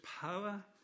power